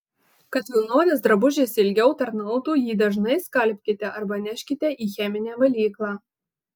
kad vilnonis drabužis ilgiau tarnautų jį dažnai skalbkite arba neškite į cheminę valyklą